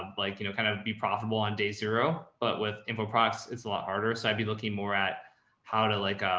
like, you know, kind of be profitable on day zero. but with info products, it's a lot harder. so i'd be looking more at how to like,